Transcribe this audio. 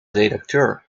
redacteur